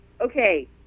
okay